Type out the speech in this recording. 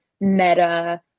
meta